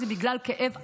זה בגלל כאב עמוק,